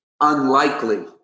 unlikely